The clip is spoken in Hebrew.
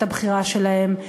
את הבחירה שלהם,